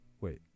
Wait